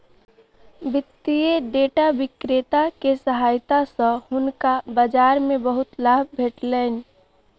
वित्तीय डेटा विक्रेता के सहायता सॅ हुनका बाजार मे बहुत लाभ भेटलैन